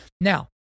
now